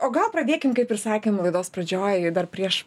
o gal pradėkim kaip ir sakėm laidos pradžioj dar prieš